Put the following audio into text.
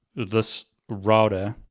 this router,